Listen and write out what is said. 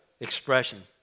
expression